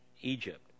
Egypt